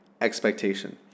expectation